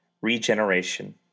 regeneration